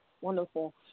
Wonderful